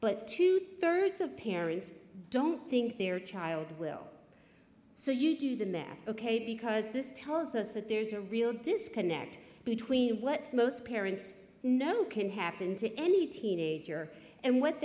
but two thirds of parents don't think their child will so you do the math ok because this tells us that there's a real disconnect between what most parents know can happen to any teenager and what